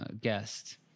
guest